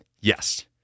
yes